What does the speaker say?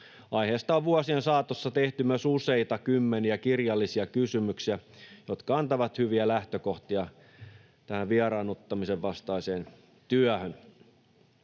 Aiheesta on vuosien saatossa tehty myös useita kymmeniä kirjallisia kysymyksiä, jotka antavat hyviä lähtökohtia tähän vieraannuttamisen vastaiseen työhön.